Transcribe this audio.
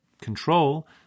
control